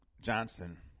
Johnson